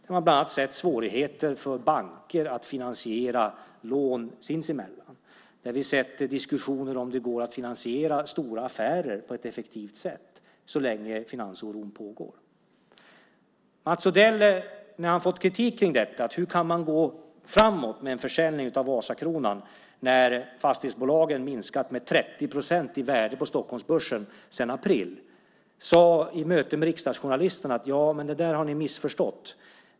Man har bland annat sett svårigheter för banker att finansiera lån sinsemellan. Vi har sett diskussioner om det går att finansiera stora affärer på ett effektivt sätt så länge finansoron pågår. När Mats Odell har fått kritik för detta - hur han kan gå framåt med en försäljning av Vasakronan när fastighetsbolagen har minskat med 30 procent i värde på Stockholmsbörsen sedan april - sade han i möte med riksdagsjournalisterna: Ja, men det där har ni missförstått.